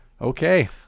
okay